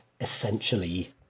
essentially